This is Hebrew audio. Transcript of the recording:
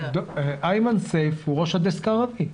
איימן סייף הוא ראש הדסק הערבי.